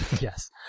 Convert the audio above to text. Yes